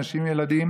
אנשים עם ילדים,